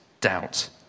doubt